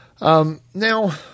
Now